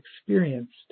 experienced